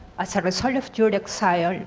as a result of your exile,